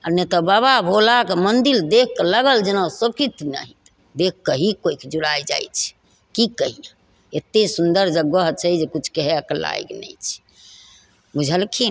आओर नहि तऽ बाबा भोलाके मन्दिर देखिके लागल जेना सौखित नाही देखिके ही कोखि जुड़ै जाइ छै कि कहिए एतेक सुन्दर जगह छै जे किछु कहैके लागि नहि छै बुझलखिन